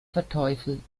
verteufelt